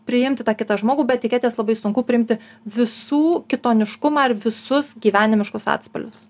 priimti tą kitą žmogų be etiketės labai sunku priimti visų kitoniškumą ir visus gyvenimiškus atspalvius